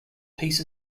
peace